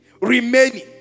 remaining